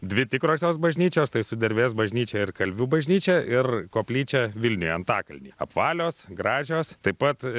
dvi tikrosios bažnyčios tai sudervės bažnyčia ir kalvių bažnyčia ir koplyčia vilniuje antakalnyje apvalios gražios taip pat